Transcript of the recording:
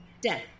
death